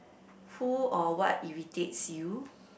who or what irritates you